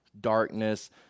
Darkness